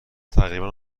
تقریبا